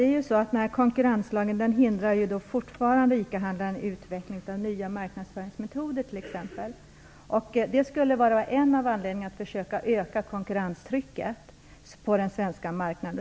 Fru talman! Konkurrenslagen hindrar fortfarande ICA-handlaren att t.ex. utveckla nya marknadsföringsmetoder. Det kunde vara ett skäl för att försöka öka konkurrenstrycket på den svenska marknaden.